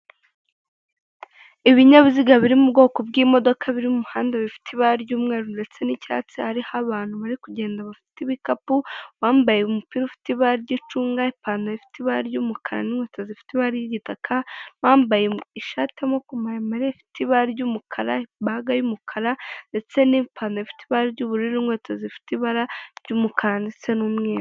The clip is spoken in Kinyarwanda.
Ibinyabiziga biri mu bwoko bw'imodoka biri mu muhanda bifite ibara ry'umweru ndetse n'icyatsi hariho abantu bari kugenda bafite ibikapu bambaye umupira ufite ibara ry'icunga, ipantaro ifite ibara ry'umukara n'inkweta zifite ibara ry'igitaka ,bambaye ishati y'amaboko maremare, ifite ibara ry'umukara ibaga y'umukara ndetse n'ipantaro ifite ibara ry'ubururu n'inkweto zifite ibara ry'umukara ndetse n'umweru.